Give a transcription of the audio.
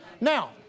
Now